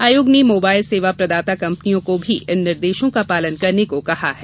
आयोग ने मोबाइल सेवा प्रदाता कंपनियों को भी इन निर्देशों का पालन करने को कहा है